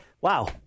Wow